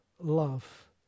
love